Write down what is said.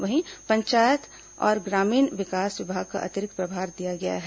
उन्हें पंचायत और ग्रामीण विकास विभाग का अतिरिक्त प्रभार दिया गया है